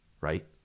Right